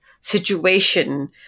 situation